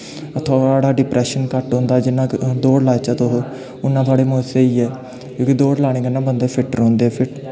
थुआढ़ा डिप्रैशन घट्ट होंदा जियां कि तुसें दौड़ लाच्चै तुस उन्ना मतलब स्हेई ऐ जेह्की दौड़ लाने कन्नै बंदे फिट्ट रौंह्दे